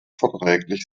verträglich